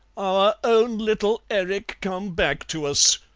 our own little erik come back to us,